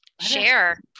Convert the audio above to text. Share